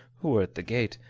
who were at the gate,